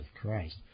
Christ